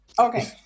Okay